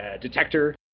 detector